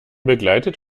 begleitet